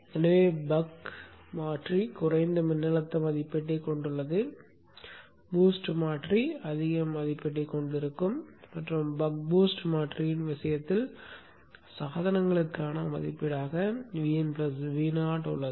எனவே பக் மாற்றி குறைந்த மின்னழுத்த மதிப்பீட்டைக் கொண்டுள்ளது BOOST மாற்றி அதிக மதிப்பீட்டைக் கொண்டிருக்கும் மற்றும் பக் BOOST மாற்றியின் விஷயத்தில் சாதனங்களுக்கான மதிப்பீடாக Vin Vo உள்ளது